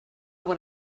what